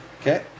Okay